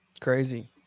Crazy